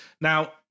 now